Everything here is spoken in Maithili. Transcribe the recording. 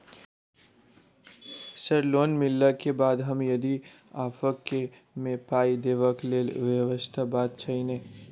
सर लोन मिलला केँ बाद हम यदि ऑफक केँ मे पाई देबाक लैल व्यवस्था बात छैय नै?